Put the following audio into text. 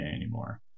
anymore